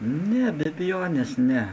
ne be abejonės ne